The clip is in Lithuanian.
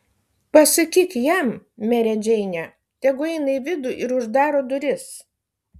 pasakyk jam mere džeine tegu eina į vidų ir uždaro duris